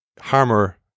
hammer